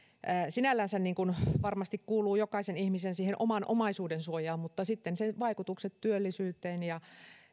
sinällänsä varmasti kuuluu jokaisen ihmisen siihen oman omaisuuden suojaan vaan se vaikuttaa myös työllisyyteen ja